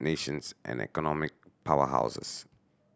nations and economic powerhouses